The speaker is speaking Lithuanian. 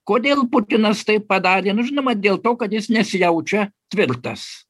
kodėl putinas taip padarė nu žinoma dėl to kad jis nesijaučia tvirtas